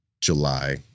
July